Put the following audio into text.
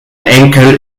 enkel